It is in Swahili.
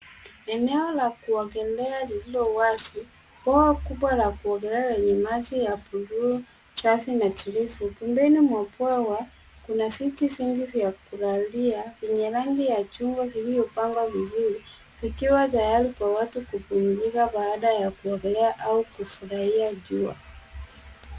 Eneo la kuogelea lililo wazi. Bwawa kubwa la kuogelea lenye maji ya blue , safi, na tulivu. Pembeni mwa bwawa, kuna viti vingi vya kulalia, venye rangi ya chungwa vilivyopangwa vizuri, vikiwa tayari kwa watu kupumzika, baada ya kuogelea au kufurahia jua.